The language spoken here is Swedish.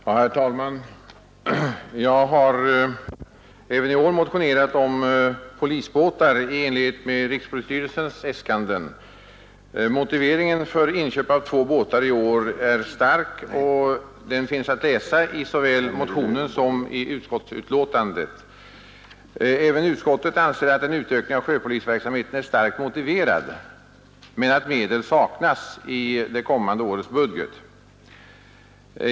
Herr talman! Jag har även i år motionerat om inköp av polisbåtar i enlighet med rikspolisstyrelsens äskanden. Motiveringen för inköp av två båtar i år är stark, och den är återgiven i såväl motionen som utskottsbetänkandet. Även utskottet anser att en ökning av sjöpolisverksamheten är starkt motiverad men säger att medel saknas i det kommande årets budget.